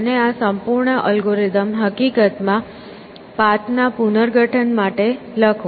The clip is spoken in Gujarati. અને આ સંપૂર્ણ અલ્ગોરિધમ હકીકતમાં પાથના પુનર્ગઠન માટે લખો